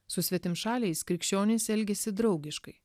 su svetimšaliais krikščionys elgėsi draugiškai